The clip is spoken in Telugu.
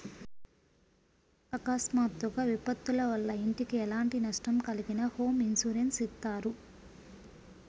అకస్మాత్తుగా విపత్తుల వల్ల ఇంటికి ఎలాంటి నష్టం జరిగినా హోమ్ ఇన్సూరెన్స్ ఇత్తారు